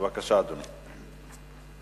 בבקשה, אדוני.